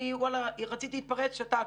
אני רציתי להתפרץ, שתקתי.